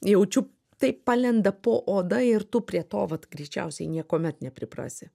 jaučiu taip palenda po oda ir tu prie to vat greičiausiai niekuomet nepriprasi